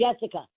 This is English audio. Jessica